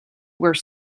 where